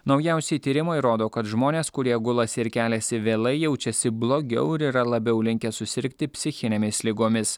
naujausi tyrimai rodo kad žmonės kurie gulasi ir keliasi vėlai jaučiasi blogiau ir yra labiau linkę susirgti psichinėmis ligomis